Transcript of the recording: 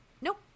nope